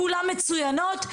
כולם מצוינות,